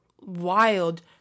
wild